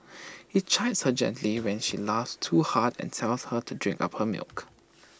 he chides her gently when she laughs too hard and tells her to drink up her milk